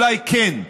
אולי כן,